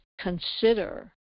consider